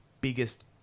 biggest